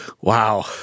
Wow